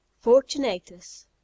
Fortunatus